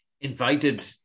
Invited